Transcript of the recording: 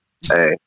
Hey